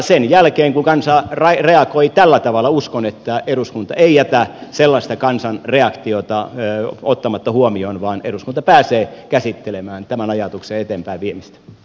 sen jälkeen kun kansa reagoi tällä tavalla uskon että eduskunta ei jätä sellaista kansan reaktiota ottamatta huomioon vaan eduskunta pääsee käsittelemään tämän ajatuksen eteenpäinviemistä